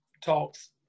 talks